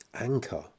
Anchor